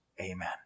Amen